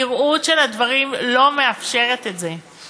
הנראות של הדברים לא מאפשרת את זה.